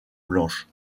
blanche